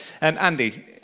Andy